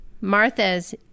Martha's